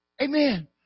Amen